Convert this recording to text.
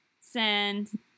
send